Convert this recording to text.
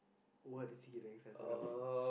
what is it that he's excited about